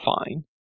fine